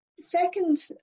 second